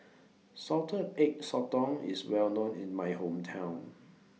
Salted Egg Sotong IS Well known in My Hometown